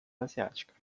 asiática